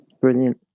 Brilliant